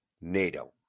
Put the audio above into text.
NATO